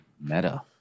meta